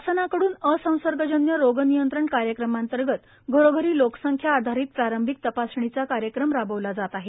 शासनाकडून असंसर्गजन्य रोग नियंत्रण कार्यक्रमांतर्गत घरोघरी लोकसंख्या आधारीत प्रारंभिक तपासणीचा कार्यक्रम राबविला जात आहे